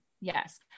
Yes